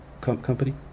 Company